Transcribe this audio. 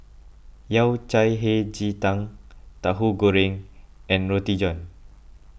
Yao Cai Hei Ji Tang Tahu Goreng and Roti John